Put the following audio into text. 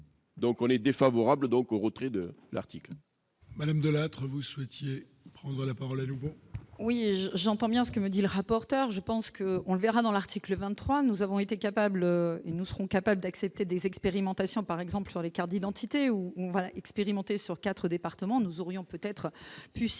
Donc on est défavorable, donc au retrait de l'article. Madame Delattre, vous souhaitiez prendre la parole à nouveau. Oui je j'entends bien ce que me dit le rapporteur je pense que, on le verra dans l'article 23, nous avons été capables, nous serons capables d'accepter des expérimentations, par exemple sur les cartes d'identité ou expérimenté sur 4 départements, nous aurions peut-être pu